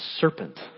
serpent